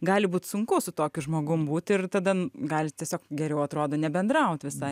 gali būt sunku su tokiu žmogum būt ir tada gali tiesiog geriau atrodo nebendraut visai